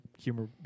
humor